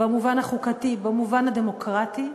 במובן החוקתי, במובן הדמוקרטי,